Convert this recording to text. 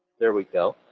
there we go,